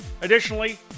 Additionally